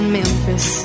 Memphis